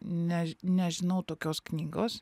než nežinau tokios knygos